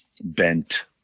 bent